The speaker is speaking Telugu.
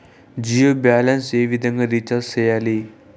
జియో బ్యాలెన్స్ ఏ విధంగా రీచార్జి సేయాలి?